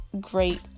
great